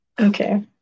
Okay